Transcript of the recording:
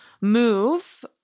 move